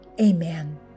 Amen